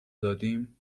دادیم